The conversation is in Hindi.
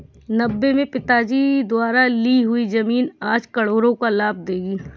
नब्बे में पिताजी द्वारा ली हुई जमीन आज करोड़ों का लाभ देगी